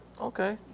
Okay